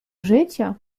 życia